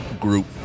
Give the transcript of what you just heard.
group